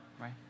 right